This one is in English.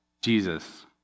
Jesus